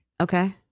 Okay